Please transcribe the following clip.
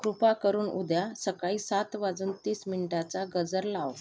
कृपा करून उद्या सकाळी सात वाजून तीस मिनटाचा गजर लाव